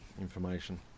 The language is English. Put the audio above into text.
information